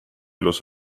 elus